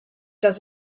does